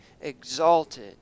exalted